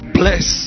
bless